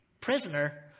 prisoner